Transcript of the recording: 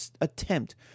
attempt